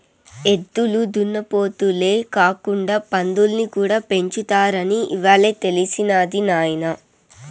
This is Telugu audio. ఎద్దులు దున్నపోతులే కాకుండా పందుల్ని కూడా పెంచుతారని ఇవ్వాలే తెలిసినది నాయన